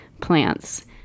plants